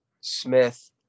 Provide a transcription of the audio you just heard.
Smith